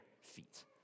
feet